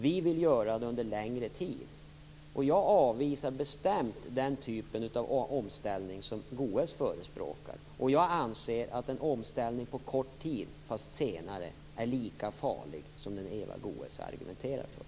Vi vill göra det under längre tid. Jag avvisar bestämt den typ av omställning som Goës förespråkar. Jag anser att en omställning på kort tid, fast senare, är lika farlig som den Eva Goës argumenterar för.